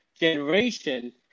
generation